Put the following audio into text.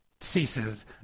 ceases